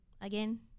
Again